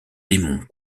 démons